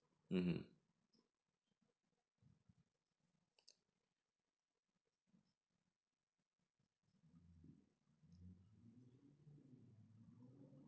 mmhmm